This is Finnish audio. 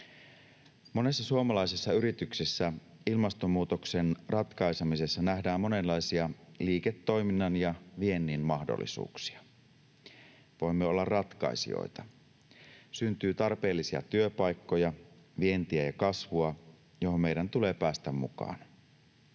Monissa suomalaisissa yrityksissä ilmastonmuutoksen ratkaisemisessa nähdään monenlaisia liiketoiminnan ja viennin mahdollisuuksia. Voimme olla ratkaisijoita. Syntyy tarpeellisia työpaikkoja, vientiä ja kasvua, johon meidän tulee päästä mukaan.